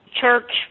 church